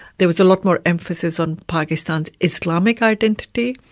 there was a lot more emphasis on pakistan's islamic identity,